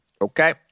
Okay